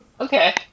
Okay